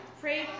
pray